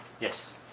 yes